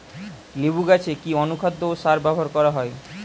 লেবু গাছে কি অনুখাদ্য ও সার ব্যবহার করা হয়?